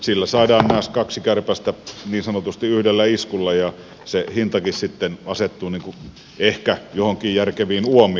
sillä saadaan kaksi kärpästä niin sanotusti yhdellä iskulla ja se hintakin sitten asettuu ehkä joihinkin järkeviin uomiin